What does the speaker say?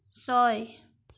ছয়